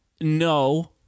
No